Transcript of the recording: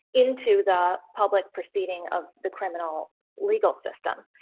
into the public proceeding of the criminal legal system.